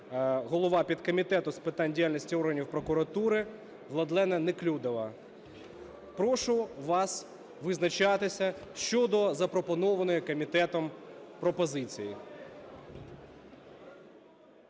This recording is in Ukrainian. голова підкомітету з питань діяльності органів прокуратури Владлена Неклюдова. Прошу вас визначатися щодо запропонованої комітетом пропозиції.